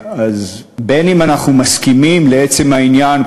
אז בין אם אנחנו מסכימים לעצם העניין,